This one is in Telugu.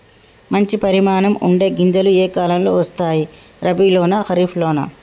మంచి పరిమాణం ఉండే గింజలు ఏ కాలం లో వస్తాయి? రబీ లోనా? ఖరీఫ్ లోనా?